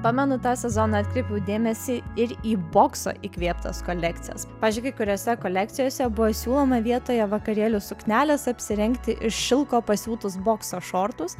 pamenu tą sezoną atkreipiau dėmesį ir į bokso įkvėptas kolekcijas pavyzdžiui kai kuriose kolekcijose buvo siūloma vietoje vakarėlių suknelės apsirengti iš šilko pasiūtus bokso šortus